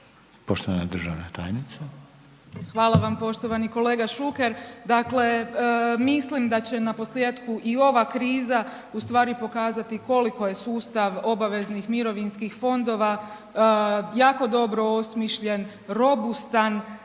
**Burić, Majda (HDZ)** Hvala vam poštovani kolega Šuker. Dakle, mislim da će naposljetku i ova kriza ustvari pokazati koliko je sustav obaveznih mirovinskih fondova jako dobro osmišljen, robustan,